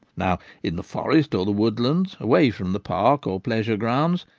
now in the forest or the woodlands, away from the park or pleasure-grounds,